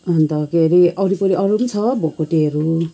अन्त के अरे अरू फेरि अरू पनि छ भोगटेहरू